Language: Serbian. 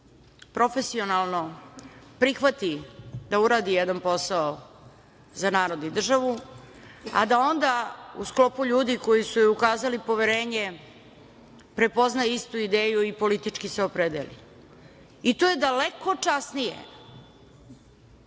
profesionalno prihvati da uradi jedan posao za narod i državu, a da onda, u sklopu ljudi koji su joj ukazali poverenje, prepozna istu ideju i politički se opredeli. To je daleko časnije